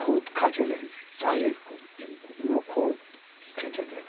খুদ খাতে দেয় চালের খুদ খেতে দেয়